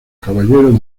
caballeros